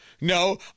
no